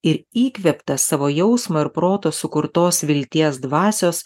ir įkvėptas savo jausmo ir proto sukurtos vilties dvasios